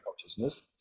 consciousness